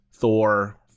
Thor